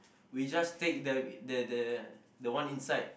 we just take the the the the one inside